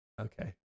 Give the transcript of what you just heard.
okay